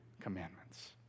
commandments